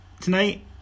tonight